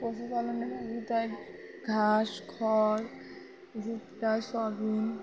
পশুপালনের আওতায় ঘাস খড় ভুট্টা সগুন